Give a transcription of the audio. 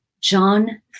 John